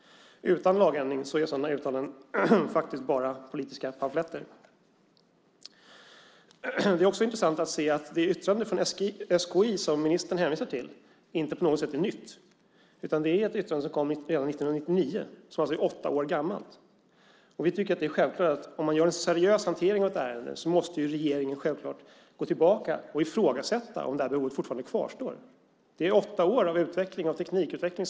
Utan lagändring är sådana uttalanden faktiskt bara politiska pamfletter. Det yttrande från SKI som ministern hänvisar till är inte på något sätt nytt. Det kom redan 1999 och är alltså åtta år gammalt. Vi tycker att det är självklart att om man gör en seriös hantering av ett ärende måste regeringen gå tillbaka och ifrågasätta om det här behovet fortfarande kvarstår. Vi har hunnit med åtta år av teknikutveckling.